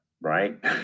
right